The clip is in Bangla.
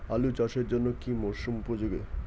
আলু চাষের জন্য কি মরসুম উপযোগী?